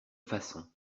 façon